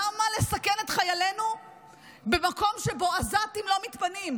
למה לסכן את חיילינו במקום שבו עזתים לא מתפנים?